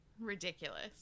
Ridiculous